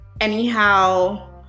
anyhow